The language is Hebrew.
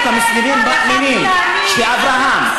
אנחנו כמוסלמים מאמינים שאברהם,